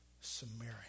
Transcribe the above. Samaria